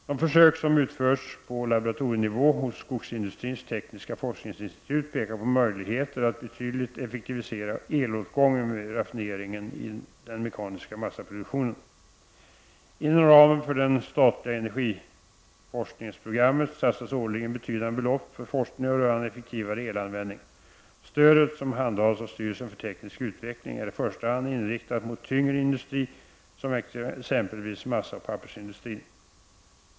De försök som utförts på laboratorienivå hos Skogsindustrins tekniska forskningsinstitut pekar på möjligheter att betydligt effektivisera elåtgången vid raffineringen i den mekaniska massaproduktionen. Inom ramen för det statliga energiforskningsprogrammet satsas årligen betydande belopp för forskning rörande effektivare energianvändning. Stödet, som handhas av styrelsen för teknisk utveckling, är i första hand inriktat mot tyngre industri, som exempelvis massaoch pappersindustrin.